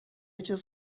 چیز